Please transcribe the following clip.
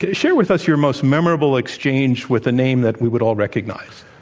ah share with us your most memorable exchange with a name that we would all recognize.